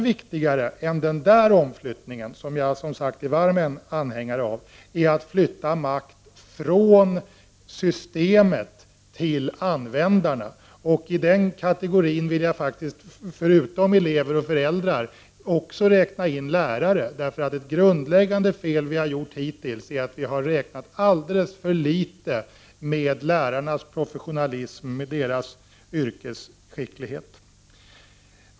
Viktigare än den omflyttningen, som jag som sagt är en varm anhängare av, är att flytta makt från systemet till användarna. I den kategorin vill jag faktiskt, förutom elever och föräldrar, också räkna in lärare. Ett grundläggande fel som vi har gjort hittills är att räkna alldeles för litet med lärarnas professionalism och yrkesskicklighet.